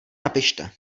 napište